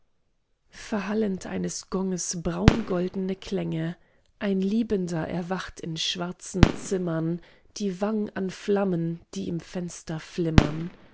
verhallend eines gongs braungoldne klänge ein liebender erwacht in schwarzen zimmern die wang an flammen die im fenster flimmern